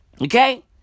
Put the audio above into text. Okay